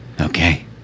okay